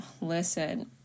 Listen